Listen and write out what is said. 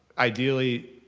ideally,